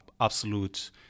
absolute